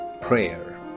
prayer